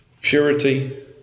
purity